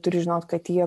turi žinot kad jie